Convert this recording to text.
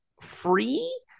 free